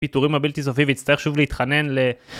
פיטורים הבלתי סופי ויצטרך שוב להתחנן ל...